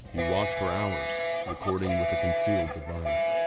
he walked for hours, recording with a concealed device.